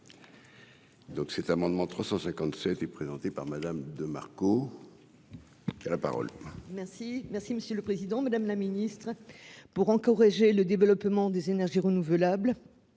Donc cet amendement 357 et présenté par Madame de Marco, qui a la parole. Merci, merci Monsieur le Président, Madame la Ministre, pour encourager le développement des énergies renouvelables,